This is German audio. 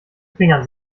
fingern